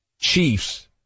Chiefs